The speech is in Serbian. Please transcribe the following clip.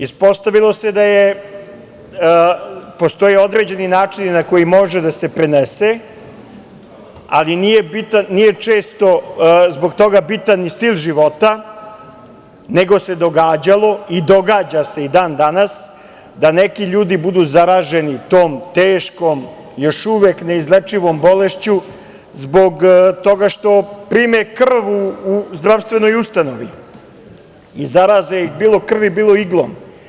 Ispostavilo se da postoje određeni načini na koje može da se prenese, ali nije često zbog toga bitan ni stil života, nego se događalo i događa se i dan danas da neki ljudi budu zaraženi tom teškom, još uvek neizlečivom bolešću, zbog toga što prime krv u zdravstvenoj ustanovi i zaraze ih, bilo krvlju, bilo iglom.